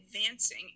advancing